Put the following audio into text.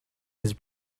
his